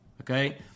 okay